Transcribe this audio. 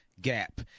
gap